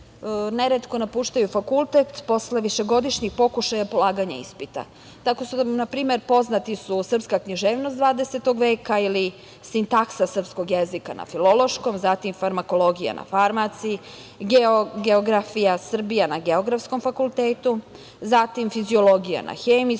neretko napuštaju fakultet posle višegodišnjih pokušaja polaganja ispita. Tako su nam na primer poznati srpska književnost 20. veka ili sintaksa srpskog jezika na Filološkom, zatim farmakologija na Farmaciji, geografija, Srbija na Geografskom fakultetu, zatim fiziologija na Hemijskom,